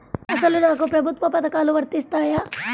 అసలు నాకు ప్రభుత్వ పథకాలు వర్తిస్తాయా?